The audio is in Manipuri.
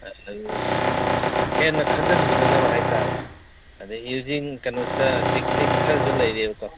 ꯍꯦꯟꯅ ꯈꯟꯖꯤꯟꯒꯤꯗꯅꯕ ꯍꯥꯏꯇꯥꯔꯦ ꯑꯗꯒꯤ ꯍꯧꯖꯤꯛ ꯀꯩꯅꯣꯁꯤꯗ ꯇꯦꯛꯅꯤꯛ ꯈꯔꯁꯨ ꯂꯩꯔꯤꯕꯀꯣ